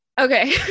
Okay